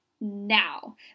now